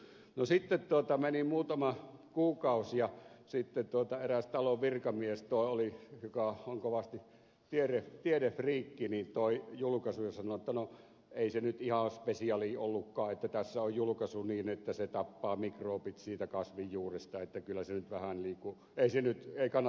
no sitten meni muutama kuukausi ja eräs talon virkamies joka on kovasti tiedefriikki toi julkaisun ja sanoi että ei se nyt ihan spesiaalia ollutkaan että tässä on julkaisu niin että se tappaa mikrobit siitä kasvin juuresta että ei kannata lotota ei kannata lotota